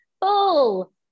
full